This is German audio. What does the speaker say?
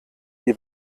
die